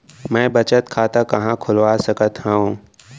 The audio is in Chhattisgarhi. मै बचत खाता कहाँ खोलवा सकत हव?